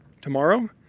tomorrow